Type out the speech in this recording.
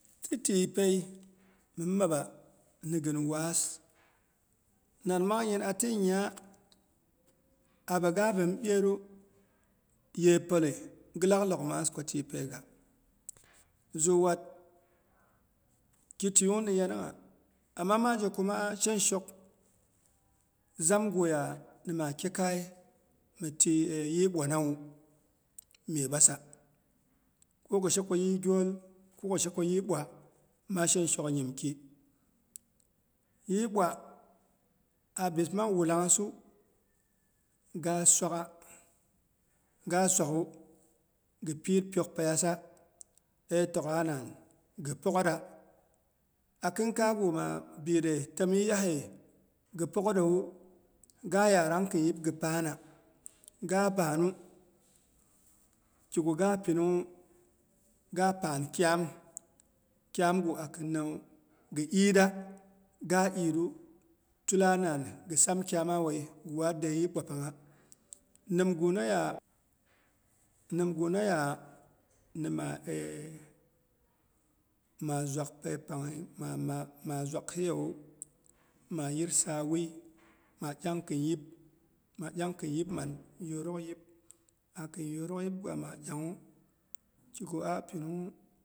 Ti tɨipei minmaba nigɨn waas, nat mangnyin atinyah abin gabini ɓyerru ye pəle, gɨlak lok maas ko tɨipei ga. Xuuwat kitwuiyung ni yanangha ama maa zheko maa shenshok, zam guya ni maa kyekai mi tyi eh yi bwa nawu, myebasa kogɨ sheko yɨi gyoi kogɨ sheko yɨi ɓwa, maa shenoshok nyimki. Yɨi bwa abi mang wulanghasu gaa swagha, ga swaghwu, gɨ pɨitpyok peiyasa etokgha nan, ghɨ pəghora. A khinkaigu maa bɨide tom yiyahe, gɨ poghorewu, gaa yarang kin yip gɨ pana, ga bannu kigu ga pinungnwu ga paan kyam, kyamgu akinnawu, gɨ iida, ga idu tula nam gɨ sam kyama wuei gɨ waade yɨiɓwa pangha. Nimgunaya, nima zwak peipangye maa zwak hiyewu, maa yirsa wui maa dyaang kin yib man. Yorok yip akin yorok yipgwa dyaangwu kigu a pinungnwu.